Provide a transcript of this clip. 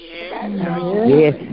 Yes